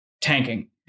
tanking